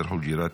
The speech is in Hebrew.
יאסר חוג'יראת,